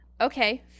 Okay